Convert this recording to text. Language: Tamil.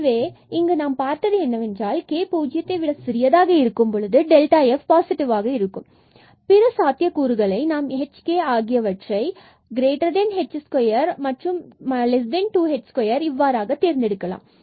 எனவே இங்கு நாம் பார்த்தது என்னவென்றால் k 0 விட சிறியதாக இருக்கும் பொழுது fபாசிட்டிவாக இருக்கும் மற்றும் பிற சாத்தியக் கூறுகளை நாம் h and k ஆகியவற்றை h2 and 2h2இவ்வாறாக தேர்ந்தெடுக்கலாம்